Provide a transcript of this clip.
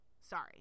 Sorry